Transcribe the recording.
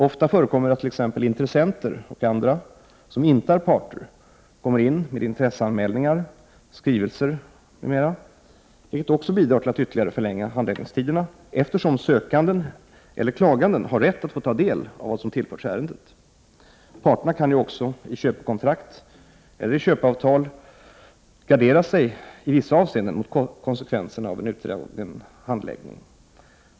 Ofta förekommer att t.ex. intressenter och andra, som inte är parter, kommer in med intresseanmälningar, skrivelser m.m., vilket också bidrar till att ytterligare förlänga handläggningstiderna eftersom sökanden eller klaganden har rätt att få ta del av vad som tillförts ärendet. Parterna kan ju också i köpekontrakt eller i köpeavtal gardera sig i vissa avseenden mot konsekvenserna av en utdragen handläggning.